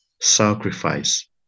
sacrifice